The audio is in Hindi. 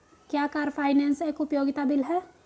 क्या कार फाइनेंस एक उपयोगिता बिल है?